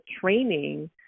training